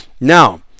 Now